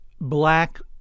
black